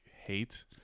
hate